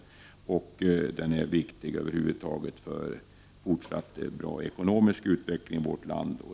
Över huvud taget är detta viktigt för en fortsatt bra ekonomisk utveckling i vårt land.